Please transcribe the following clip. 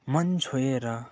मन छोएर